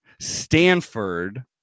Stanford